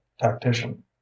tactician